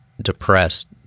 depressed